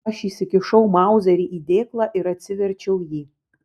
aš įsikišau mauzerį į dėklą ir atsiverčiau jį